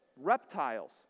reptiles